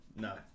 No